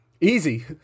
easy